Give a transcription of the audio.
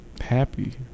happy